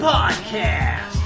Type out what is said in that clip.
Podcast